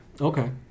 Okay